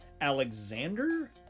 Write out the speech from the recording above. Alexander